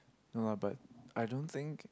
no ah but I don't think